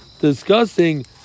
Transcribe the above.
discussing